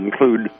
include